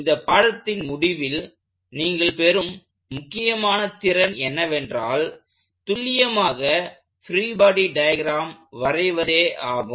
இந்த பாடத்தின் முடிவில் நீங்கள் பெறும் முக்கியமான திறன் என்னவென்றால் துல்லியமாக பிரீ பாடி டயக்ராம் வரைவதே ஆகும்